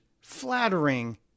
flattering